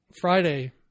Friday